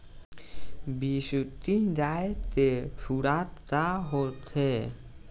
बिसुखी गाय के खुराक का होखे?